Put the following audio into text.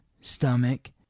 stomach